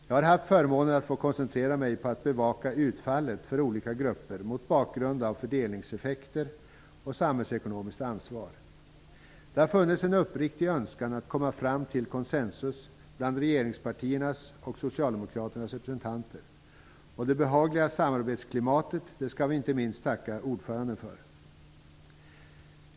Jag har haft förmånen att få koncentrera mig på att bevaka utfallet för olika grupper mot bakgrund av fördelningseffekter och samhällsekonomiskt ansvar. Det har funnits en uppriktig önskan att komma fram till konsensus bland regeringspartiernas och Socialdemokraternas representanter. Det behagliga samarbetsklimatet skall vi inte minst tacka ordföranden för.